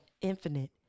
infinite